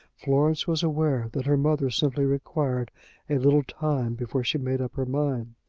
florence was aware that her mother simply required a little time before she made up her mind.